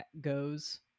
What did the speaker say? goes